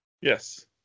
Yes